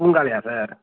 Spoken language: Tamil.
பூங்காலயா சார்